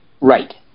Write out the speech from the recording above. Right